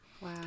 Wow